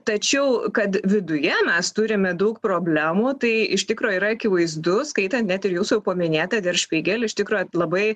tačiau kad viduje mes turime daug problemų tai iš tikro yra akivaizdu skaitant net ir jūsų jau paminėtą der špygel iš tikro labai